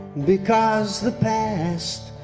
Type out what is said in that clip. because the past